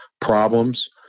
problems